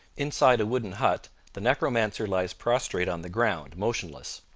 inside a wooden hut the necromancer lies prostrate on the ground, motionless.